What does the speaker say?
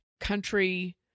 country